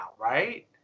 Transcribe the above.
right